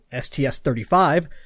STS-35